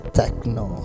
techno